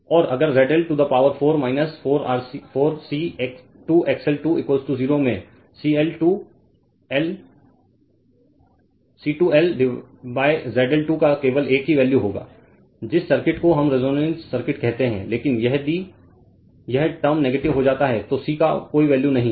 तो और अगर ZL to the power 4 4 C 2 XL 2 0 में C 2L ZL 2 का केवल एक ही वैल्यू होगा जिस सर्किट को हम रेजोनेंस सर्किट कहते हैं लेकिन यदि यह टर्म नेगेटिव हो जाता है तो C का कोई वैल्यू नहीं है